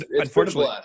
unfortunately